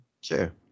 sure